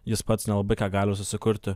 jis pats nelabai ką gali susikurti